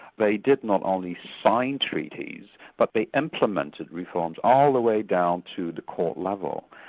they did not only sign treaties, but they implemented reforms, all the way down to the court level.